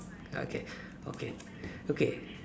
okay okay okay